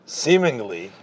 seemingly